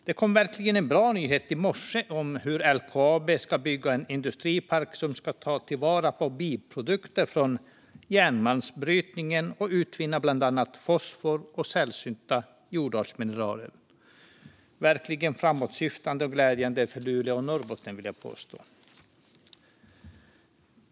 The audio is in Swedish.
Det kom en verkligt bra nyhet i morse om att LKAB ska bygga en industripark som ska ta vara på biprodukter från järnmalmsbrytningen och utvinna bland annat fosfor och sällsynta jordartsmineral. Det är verkligen framåtsyftande och glädjande för Luleå och Norrbotten, vill jag påstå.